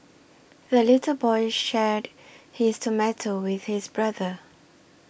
the little boy shared his tomato with his brother